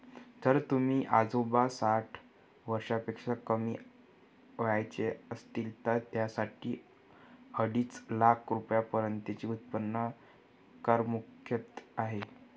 जर तुमचे आजोबा साठ वर्षापेक्षा कमी वयाचे असतील तर त्यांच्यासाठी अडीच लाख रुपयांपर्यंतचे उत्पन्न करमुक्त आहे